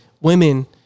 women